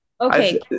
Okay